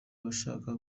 abashaka